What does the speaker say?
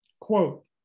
quote